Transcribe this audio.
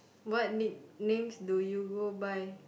what nicknames do you go by